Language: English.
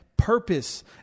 Purpose